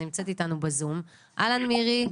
מירי,